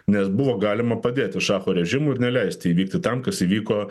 nes buvo galima padėti šacho režimui ir neleist įvykti tam kas įvyko